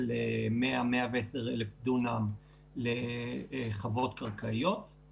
בין 100 ל-110 אלף דונם לחוות קרקעיות,